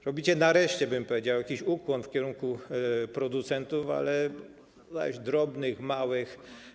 Robicie nareszcie, tak bym powiedział, jakiś ukłon w kierunku producentów, ale drobnych, małych.